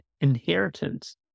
inheritance